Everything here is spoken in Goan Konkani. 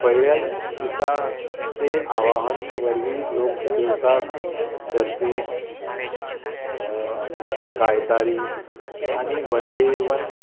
पयल्या दिसा ते आवाहान वरवीं लोक देवताक धरती गायतारी आनी वन देवन